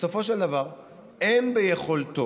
ובסופו של דבר אין ביכולתו,